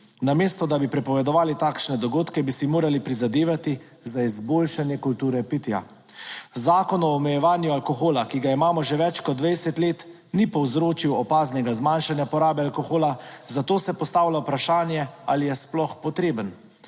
Namesto da bi prepovedovali takšne dogodke, bi si morali prizadevati za izboljšanje kulture pitja. Zakon o omejevanju alkohola, ki ga imamo že več kot 20 let, ni povzročil opaznega zmanjšanja porabe alkohola, zato se postavlja vprašanje ali je sploh potreben.